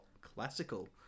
classical